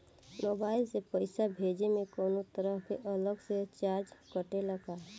Mobile से पैसा भेजे मे कौनों तरह के अलग से चार्ज कटेला का?